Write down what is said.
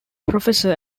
professor